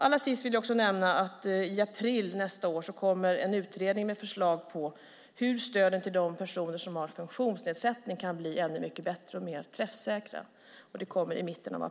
Allra sist vill jag också nämna att i mitten av april nästa år kommer en utredning med förslag på hur stödet till de personer som har funktionsnedsättning kan bli ännu mycket bättre och mer träffsäkra.